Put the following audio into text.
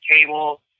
cable